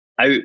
out